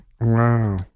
Wow